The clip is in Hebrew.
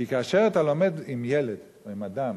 כי כאשר אתה לומד עם ילד, או עם אדם,